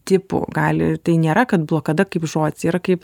tipų gali tai nėra kad blokada kaip žodis yra kaip